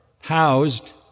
housed